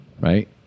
Right